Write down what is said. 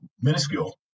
minuscule